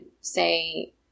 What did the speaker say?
say